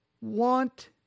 want